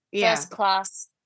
first-class